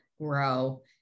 grow